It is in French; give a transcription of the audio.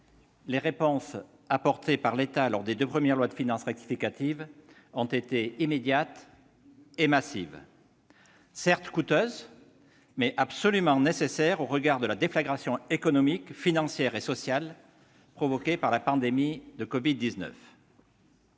les réponses apportées par l'État dans le cadre des deux premières lois de finances rectificatives ont été immédiates et massives. Certes, les mesures étaient coûteuses, mais elles étaient absolument nécessaires au regard de la déflagration économique, financière et sociale provoquée par la pandémie de covid-19.